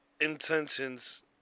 intentions